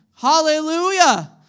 Hallelujah